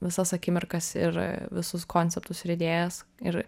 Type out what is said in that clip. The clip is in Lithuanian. visas akimirkas ir visus konceptus ir idėjas ir